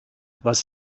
was